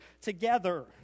together